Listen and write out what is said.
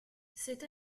cette